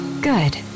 Good